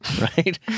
right